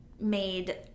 made